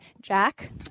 Jack